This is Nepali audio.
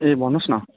ए भन्नुहोस् न